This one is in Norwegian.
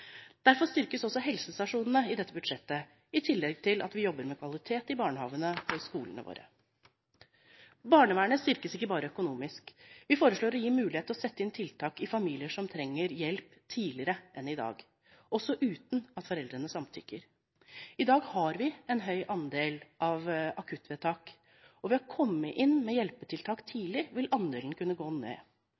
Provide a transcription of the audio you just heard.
Derfor styrkes også helsestasjonene i dette budsjettet, i tillegg til at vi jobber med kvalitet i barnehagene og i skolene våre. Barnevernet styrkes ikke bare økonomisk. Vi foreslår å gi mulighet til å sette inn tiltak i familier som trenger hjelp, tidligere enn i dag, også uten at foreldrene samtykker. I dag har vi en høy andel av akuttvedtak, og ved å komme inn med hjelpetiltak tidlig vil andelen kunne gå ned.